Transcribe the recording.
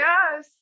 Yes